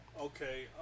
Okay